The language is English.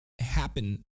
happen